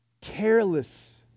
careless